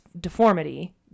deformity